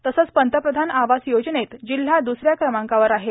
तसंच पंतप्रधान आवास योजनेत जिल्हा दुसऱ्या क्रमांकावर आहे